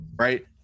right